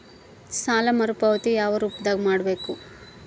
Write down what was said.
ಸಾಲ ಮರುಪಾವತಿ ಯಾವ ರೂಪದಾಗ ಮಾಡಬೇಕು?